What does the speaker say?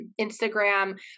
Instagram